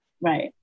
Right